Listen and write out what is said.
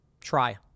try